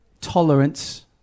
tolerance